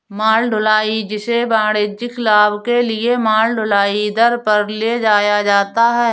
माल ढुलाई, जिसे वाणिज्यिक लाभ के लिए माल ढुलाई दर पर ले जाया जाता है